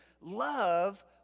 love